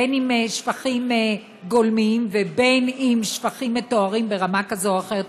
בין אם שפכים גולמיים ובין אם שפכים מטוהרים ברמה כזו או אחרת,